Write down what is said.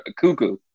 cuckoo